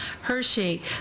Hershey